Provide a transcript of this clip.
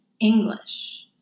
English